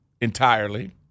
entirely